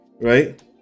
right